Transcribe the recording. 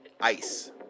Ice